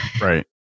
right